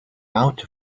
out